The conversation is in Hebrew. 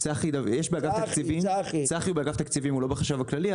צחי הוא באגף תקציבים, לא בחשב הכללי.